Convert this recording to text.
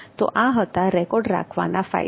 તો આ હતાં રેકોર્ડ રાખવાના ફાયદા